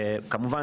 כמובן,